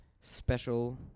special